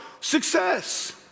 success